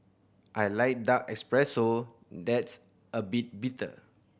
I like dark espresso that's a bit bitter